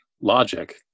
logic